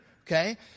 okay